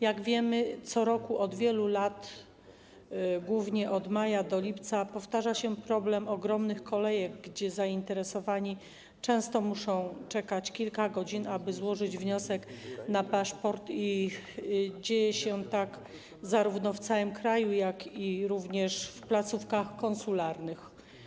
Jak wiemy, co roku od wielu lat, głównie od maja do lipca, powtarza się problem ogromnych kolejek, gdzie zainteresowani często muszą czekać kilka godzin, aby złożyć wniosek o paszport i dzieje się tak zarówno w całym kraju, jak również w placówkach konsularnych.